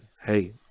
hey